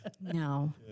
No